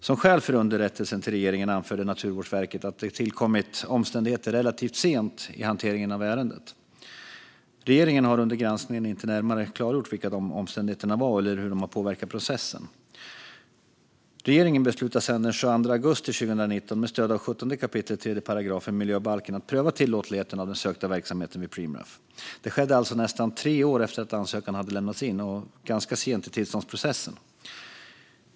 Som skäl för underrättelsen till regeringen anförde Naturvårdsverket att det tillkommit omständigheter relativt sent i hanteringen av ärendet. Regeringen har under granskningen inte närmare klargjort vilka dessa omständigheter var eller hur de har påverkat processen. Regeringen beslutade den 22 augusti 2019 med stöd av 17 kap. 3 § miljöbalken att pröva tillåtligheten av den sökta verksamheten vid Preemraff. Det skedde alltså nästan tre år efter att ansökan hade lämnats in och ganska sent i tillståndsprocessen.